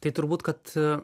tai turbūt kad